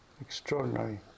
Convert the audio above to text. extraordinary